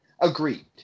agreed